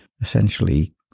Essentially